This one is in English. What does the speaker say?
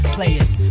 Players